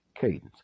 cadence